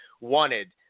wanted